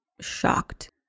shocked